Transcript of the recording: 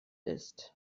ist